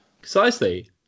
Precisely